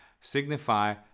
signify